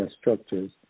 structures